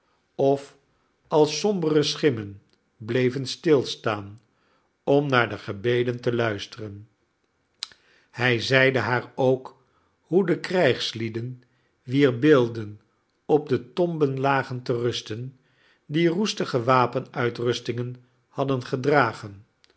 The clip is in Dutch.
of als sombere schimmen bleven stilstaan om naar de gebeden te luisteren hij zeide haar ook hoe de krijgslieden wier beelden op de tomben lagen te rusten die roestige wapenrustingen hadden gedragen